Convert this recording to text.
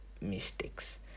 mistakes